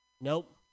Nope